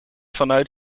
vanuit